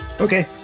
Okay